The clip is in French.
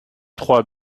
trois